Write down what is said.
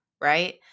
right